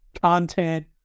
content